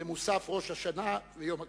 במוסף ראש השנה ויום הכיפורים: